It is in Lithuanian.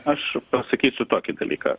aš pasakysiu tokį dalyką